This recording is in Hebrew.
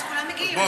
אז כולם מגיעים,